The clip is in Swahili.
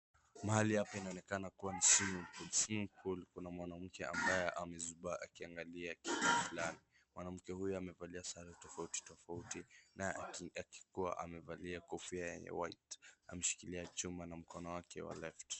Mahali hapa inaonekana kuwa ni swimming pool . Swimming pool kuna mwanamke ambaye amezubaa akiangalia kitu fulani. Mwanamke huyo amevalia sare tofautitofauti na akikuwa amevalia kofia ya white na ameshikilia chuma na mkono wake wa left .